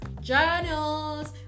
journals